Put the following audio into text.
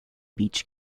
beach